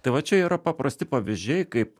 tai va čia yra paprasti pavyzdžiai kaip